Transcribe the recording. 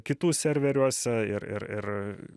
kitų serveriuose ir ir ir